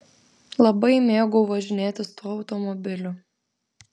labai mėgau važinėtis tuo automobiliu